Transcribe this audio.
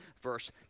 verse